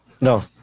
No